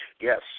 Yes